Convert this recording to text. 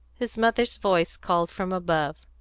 his mother's voice called from above,